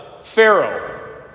Pharaoh